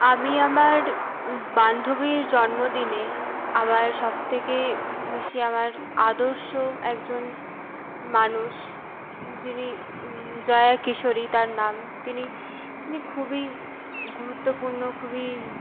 আমি আমার বান্ধবীর জন্মদিনে আমার সব থেকে বেশি আমার আদর্শ একজন মানুষ যিনি জয়া কিশোরী তার নাম তিনি তিনি খুবই গুরুত্বপূর্ণ খুবই